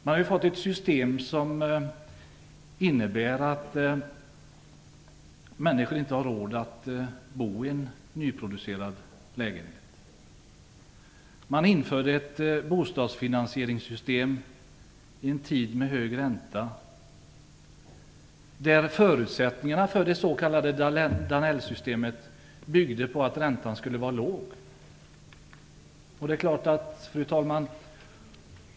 Vi har nu fått ett system som innebär att människor inte har råd att bo i en nyproducerad lägenhet. Man införde ett bostadsfinansieringssystem under en tid med hög ränta, medan förutsättningen för det s.k. Danell-systemet var att räntan skulle vara låg. Fru talman!